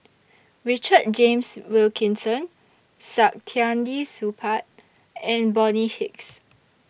Richard James Wilkinson Saktiandi Supaat and Bonny Hicks